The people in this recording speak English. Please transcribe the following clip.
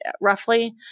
roughly